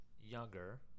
younger